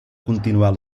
continuar